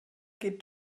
geht